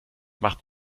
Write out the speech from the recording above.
macht